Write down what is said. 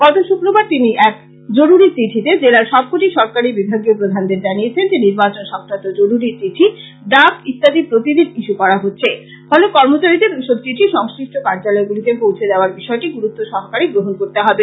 গত শুক্রবার তিনি এক জরুরী চিঠিতে তিনি জেলার সবকটি সরকারি বিভাগীয় প্রধানদের জানিয়েছেন যে নির্বাচন সংক্রান্ত জরুরী চিঠি ডাক ইত্যাদি প্রতিদিন ইস্য করা হচ্ছে ফলে কর্মচারীদের ওইসব চিঠি সংশ্লিষ্ট কার্যালয় গুলিতে পৌছে দেওয়ার ববিষয়টি গুরুত্ব সহকারে গ্রহণ করতে হবে